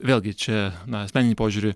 vėlgi čia na asmeninį požiūrį